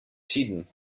tiden